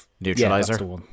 Neutralizer